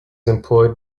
employed